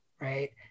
right